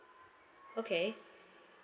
okay